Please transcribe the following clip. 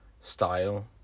Style